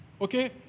Okay